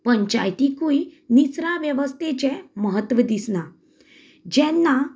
पंचायतीकूय निचरां वेवस्थेचे म्हत्व दिसना जेन्ना